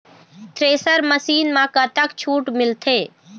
Thresher machine म कतक छूट मिलथे?